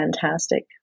fantastic